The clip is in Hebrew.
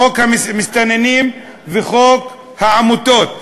חוק המסתננים וחוק העמותות,